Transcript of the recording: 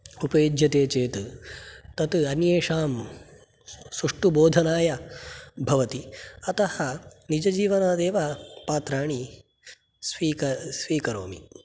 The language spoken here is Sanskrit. उपयुक्यते चेत् तत् अन्येषां सुष्टुबोधनाय भवति अतः निजजीवनादेव पात्राणि स्वीकरोमि